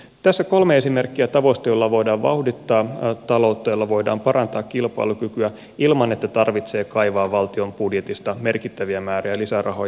tässä kolme esimerkkiä tavoista joilla voidaan vauhdittaa taloutta joilla voidaan parantaa kilpailukykyä ilman että tarvitsee kaivaa valtion budjetista merkittäviä määriä lisärahoja